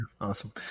Awesome